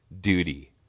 duty